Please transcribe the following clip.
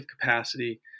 capacity